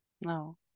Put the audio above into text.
No